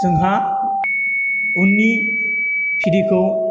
जोंहा उननि फिरिखौ